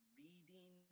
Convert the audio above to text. reading